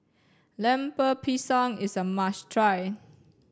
Lemper Pisang is a must try